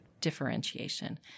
differentiation